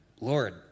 Lord